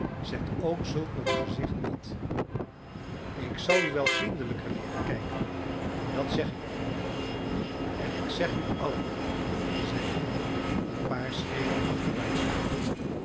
zet ook zulk een gezicht niet ik zal u wel vriendelijker leeren kijken dat zeg ik u en ik zeg u allen zeide hij een paar schreden achterwaarts doende